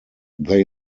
they